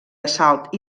assalt